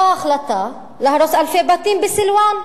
או ההחלטה להרוס אלפי בתים בסילואן,